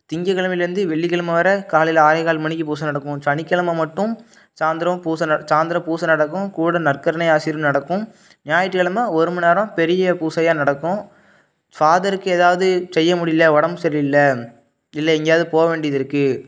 திங்கக்கிழமலேருந்து வெள்ளிக்கிழமை வர காலையில் ஆறே கால் மணிக்கு பூஜை நடக்கும் சனிக்கிழம மட்டும் சாய்ந்திரம் பூஜை ந சாய்ந்திரம் பூஜை நடக்கும் கூட நற்கரனை ஆசிரி நடக்கும் ஞாயிற்றுக்கிழம ஒருமணி நேரம் பெரிய பூஜையா நடக்கும் ஃபாதருக்கு எதாவது செய்ய முடியலை உடம்பு சரியில்ல இல்லை எங்கேயாவது போக வேண்டியது இருக்குது